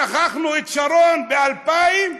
שכחנו את שרון ב-2000,